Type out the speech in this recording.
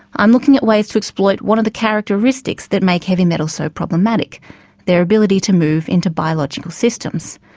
i am looking at ways to exploit one of the characteristics that make heavy metals so problematic their ability to move into biological systems.